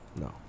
no